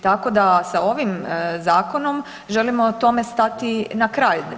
Tako da sa ovim zakonom želimo tome stati na kraj.